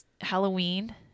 Halloween